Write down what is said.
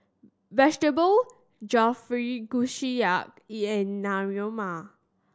Vegetable Jalfrezi Kushiyaki and Naengmyeon